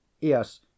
Yes